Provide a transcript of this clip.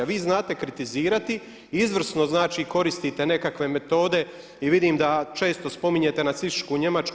A vi znate kritizirati, izvrsno znači koristite nekakve metode i vidim da često spominjete nacističku Njemačku.